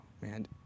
Man